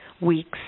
weeks